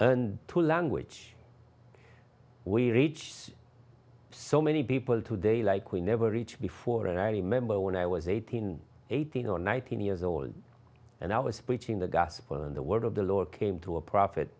and to language we reach so many people today like we never reach before and i remember when i was eighteen eighteen or nineteen years old and i was preaching the gospel and the word of the lord came to a pro